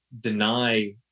deny